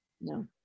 no